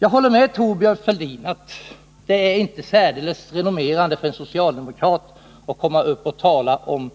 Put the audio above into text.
Jag håller med Thorbjörn Fälldin om att det inte är särdeles renommerande för en socialdemokrat att komma upp och tala om